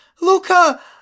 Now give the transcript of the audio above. Luca